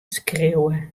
skriuwe